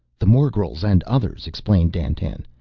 the morgels and others, explained dandtan.